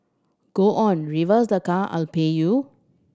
go on reverse the car I'll pay you